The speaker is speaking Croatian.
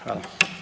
Hvala.